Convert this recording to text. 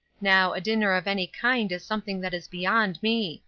now, a dinner of any kind is something that is beyond me.